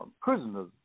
prisoners